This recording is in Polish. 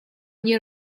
nie